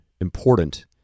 important